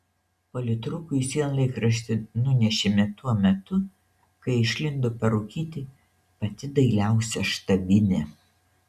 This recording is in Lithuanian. politrukui sienlaikraštį nunešėme tuo metu kai išlindo parūkyti pati dailiausia štabinė